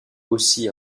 aussi